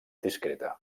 discreta